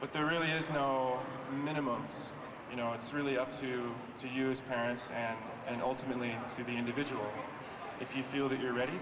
but there really is no minimum you know it's really up to you to use and ultimately to the individual if you feel that you're ready